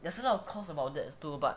there's a lot of course about that too but